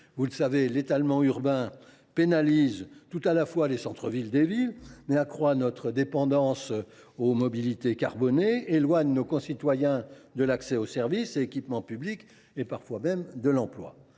Vous le savez, l’étalement urbain pénalise nos centres villes, accroît notre dépendance aux mobilités carbonées, éloigne nos concitoyens de l’accès aux services et aux équipements publics, et parfois même de l’emploi.